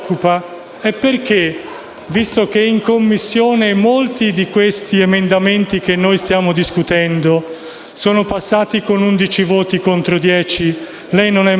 Perché alcuni si sono allontanati dalla Commissione quando potevamo discutere di queste cose? Questa mattina ho fatto un intervento critico